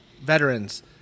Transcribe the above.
veterans